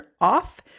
off